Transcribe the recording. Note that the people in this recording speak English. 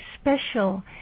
special